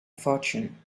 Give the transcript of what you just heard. fortune